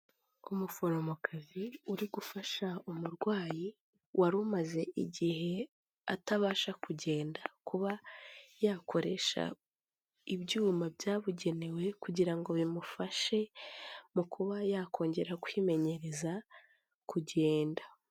Umuforomokazi uri gufasha umurwayi wari umaze igihe atabasha kugenda kuba yakoresha ibyuma byabugenewe kugira ngo bimufashe mu kuba yakongera kwimenyereza kugenda.